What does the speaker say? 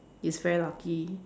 is very lucky